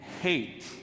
hate